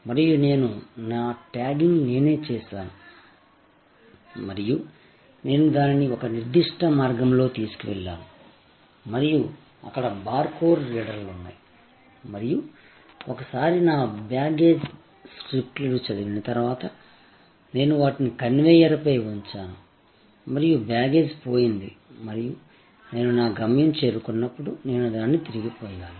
మరియు నేను నా ట్యాగింగ్ నేనే చేసాను మరియు నేను దానిని ఒక నిర్దిష్ట మార్గంలో తీసుకెళ్లాను మరియు అక్కడ బార్కోడ్ రీడర్లు ఉన్నాయి మరియు ఒకసారి నా బ్యాగేజ్ స్ట్రిప్లు చదివిన తర్వాత నేను వాటిని కన్వేయర్పై ఉంచాను మరియు బ్యాగేజ్ పోయింది మరియు నేను నా గమ్యం చేరుకున్నప్పుడు నేను దానిని తిరిగి పొందాను